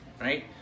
right